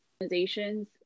organizations